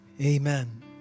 Amen